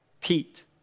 Pete